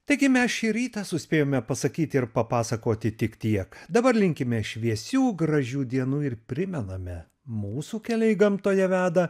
taigi mes šį rytą suspėjome pasakyti ir papasakoti tik tiek dabar linkime šviesių gražių dienų ir primename mūsų keliai gamtoje veda